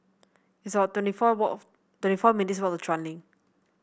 it's about twenty four wallk twenty four minutes' walk to Chuan Link